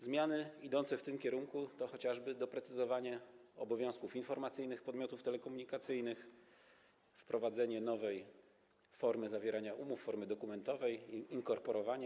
Zmiany idące w tym kierunku to chociażby doprecyzowanie obowiązków informacyjnych podmiotów telekomunikacyjnych, wprowadzenie nowej formy zawierania umów, formy dokumentowej, i inkorporowanie.